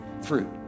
fruit